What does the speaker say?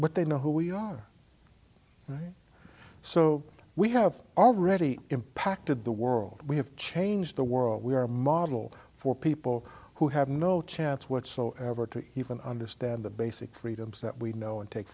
but they know who we are so we have already impacted the world we have changed the world we are a model for people who have no chance whatsoever to even understand the basic freedoms that we know and take